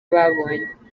babonye